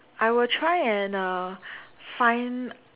I will try and uh find